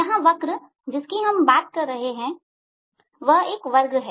यहां वक्र जिसकी हम बात कर रहे हैं वह 1 वर्ग है